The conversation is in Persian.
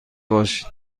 باشید